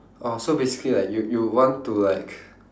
oh so basically like you you want to like